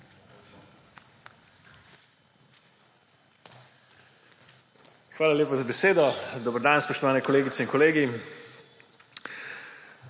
Hvala lepa za besedo. Dober dan, spoštovane kolegice in kolegi!